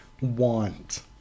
want